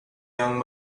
young